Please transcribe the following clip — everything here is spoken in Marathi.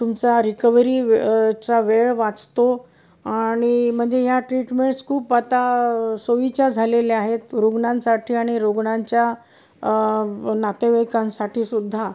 तुमचा रिकवरी चा वेळ वाचतो आणि म्हणजे या ट्रीटमेंट्स खूप आता सोईच्या झालेल्या आहेत रुग्णांसाठी आणि रुग्णांच्या नातेवाईकांसाठी सुद्धा